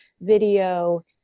video